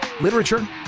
Literature